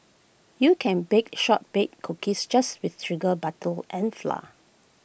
you can bake short bake cookies just with sugar butter and flour